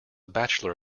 bachelor